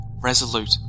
resolute